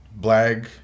Blag